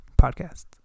podcast